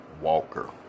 Walker